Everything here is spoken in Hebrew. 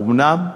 האומנם?